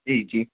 जी जी